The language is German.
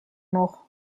noch